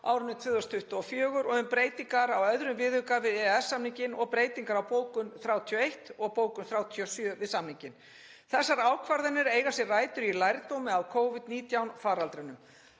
árinu 2024, um breytingar á II. viðauka við EES-samninginn og breytingar á bókun 31 og bókun 37 við samninginn. Þessar ákvarðanir eiga sér rætur í lærdómi af Covid-19 faraldrinum.